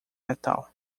metal